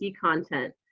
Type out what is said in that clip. content